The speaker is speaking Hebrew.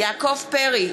יעקב פרי,